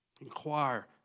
Inquire